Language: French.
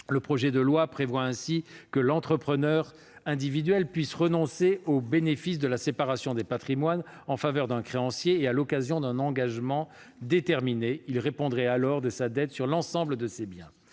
Le projet de loi prévoit ainsi que l'entrepreneur individuel pourra renoncer au bénéfice de la séparation des patrimoines en faveur d'un créancier et à l'occasion d'un engagement déterminé : il répondrait alors de sa dette sur l'ensemble de ses biens.